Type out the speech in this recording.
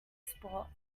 sports